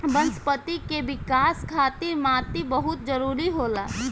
वनस्पति के विकाश खातिर माटी बहुत जरुरी होला